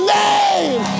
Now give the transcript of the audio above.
name